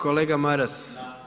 Kolega Maras.